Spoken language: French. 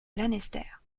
lanester